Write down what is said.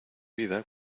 vida